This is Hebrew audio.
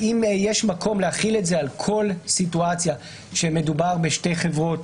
האם יש מקום להחיל את זה על כל סיטואציה שמדובר בשתי חברות